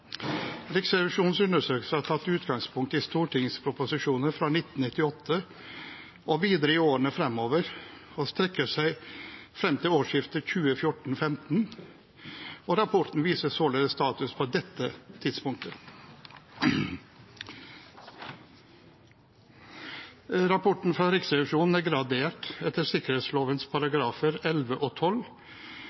Riksrevisjonens undersøkelse har tatt utgangspunkt i stortingsproposisjoner fra 1998 og videre i årene fremover og strekker seg frem til årsskiftet 2014/2015. Rapporten viser således status på dette tidspunktet. Rapporten fra Riksrevisjonen er gradert etter sikkerhetsloven §§ 11 og